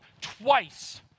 twice